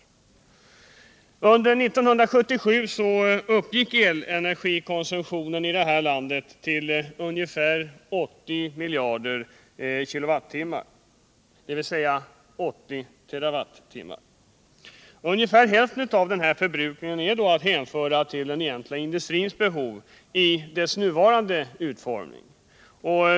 Under 1977 uppgick elenergikonsumtionen i det här landet till ungefär 80 TWh. Ungefär hälften av denna förbrukning är att hänföra till den egentliga industrins behov i dess nuvarande utformning.